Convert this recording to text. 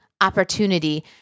opportunity